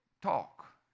talk